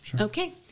Okay